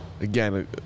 again –